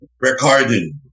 recording